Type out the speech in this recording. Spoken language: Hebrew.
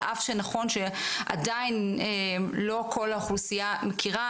על אף שנכון שעדיין לא כל האוכלוסייה מכירה,